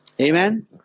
Amen